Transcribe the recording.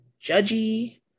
judgy